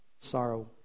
sorrow